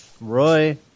Roy